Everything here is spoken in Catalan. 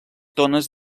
dones